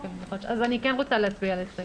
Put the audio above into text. אז אני כן רוצה להצביע על ההסתייגות.